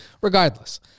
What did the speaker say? regardless